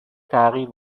تغییر